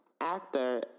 actor